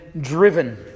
driven